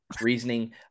reasoning